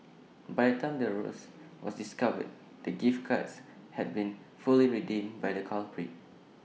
by the time the ruse was discovered the gift cards had been fully redeemed by the culprits